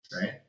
right